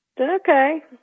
Okay